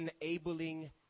enabling